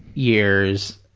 years,